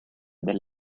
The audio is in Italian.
del